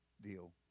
deal